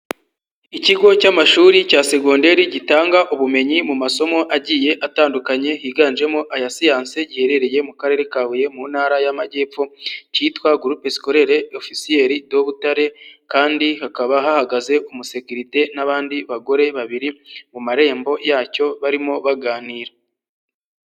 Ikigo cy'amashuri cya segonderi gitanga ubumenyi mu masomo agiye atandukanye higanjemo aya siyansi, giherereye mu Karere ka Huye mu Ntara y'Amajyepfo, kitwa gupe gurupe sikorere ofosiyeri do Butare, kandi hakaba hahagaze umusekirite n'abandi bagore babiri mu marembo yacyo, barimo baganira.